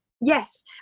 Yes